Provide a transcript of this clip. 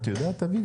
את יודעת אביגל?